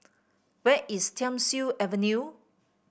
where is Thiam Siew Avenue